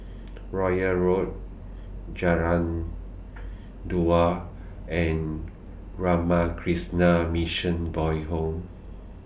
Royal Road Jalan Duad and Ramakrishna Mission Boys' Home